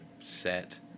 set